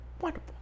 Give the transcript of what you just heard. wonderful